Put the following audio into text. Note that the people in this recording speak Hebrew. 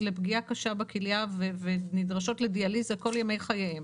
לפגיעה קשה בכליה ונדרשות לדיאליזה כל ימי חייהן,